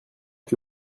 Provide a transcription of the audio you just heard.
que